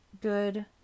Good